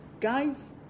Guys